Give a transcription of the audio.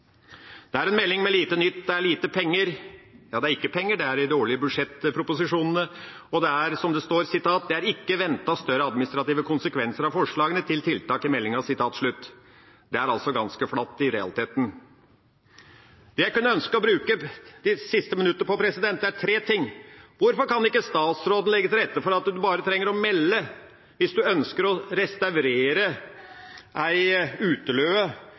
er en melding med lite nytt. Det er lite penger, ja, det er ikke penger – de er i de årlige budsjettproposisjonene. Og det er som det står: «Det er ikkje venta større administrative konsekvensar av forslaga til tiltak i meldinga.» Det er altså i realiteten ganske flatt. Det jeg ønsker å bruke de siste minuttene på, er tre spørsmål: Hvorfor kan ikke statsråden legge til rette for at en bare trenger å melde fra hvis en ønsker å restaurere ei uteløe